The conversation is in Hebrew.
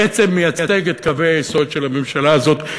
בעצם מייצג את קווי היסוד של הממשלה הזאת,